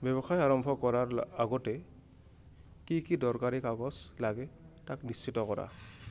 ব্যৱসায় আৰম্ভ কৰাৰ আগতে কি কি দৰকাৰী কাগজ লাগে তাক নিশ্চিত কৰা